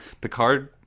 Picard